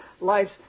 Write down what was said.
Life's